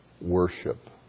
Worship